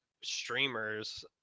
streamers